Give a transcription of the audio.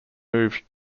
moved